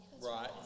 Right